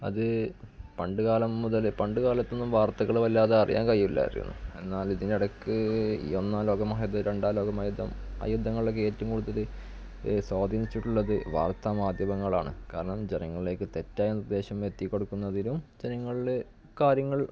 അത് പണ്ടുകാലം മുതലേ പണ്ടുകാലത്തൊന്നും വാർത്തകൾ വല്ലാതെ അറിയാൻ കഴിയില്ലായിരുന്നു എന്നാല് ഇതിനിടയ്ക്ക് ഈ ഒന്നാം ലോകമഹായുദ്ധം രണ്ടാം ലോകമഹായുദ്ധം ആ യുദ്ധങ്ങളിലൊക്കെ ഏറ്റവും കൂടുതൽ സ്വാധിനിച്ചിട്ടുള്ളത് വാര്ത്താ മാധ്യമങ്ങളാണ് കാരണം ജനങ്ങളിലേക്ക് തെറ്റായ നിര്ദ്ദേശം എത്തിച്ചുക്കൊടുക്കുന്നതിനും ജനങ്ങളുടെ കാര്യങ്ങള്